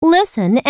Listen